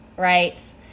Right